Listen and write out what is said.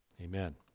amen